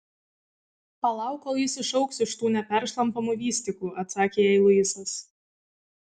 palauk kol jis išaugs iš tų neperšlampamų vystyklų atsakė jai luisas